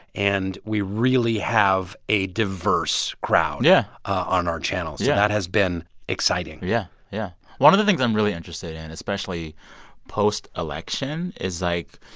and we really have a diverse crowd yeah on our channel. so that has been exciting yeah, yeah. one of the things i'm really interested in, and especially post-election, is, like,